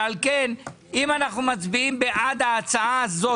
ועל כן אם אנחנו מצביעים בעד ההצעה הזאת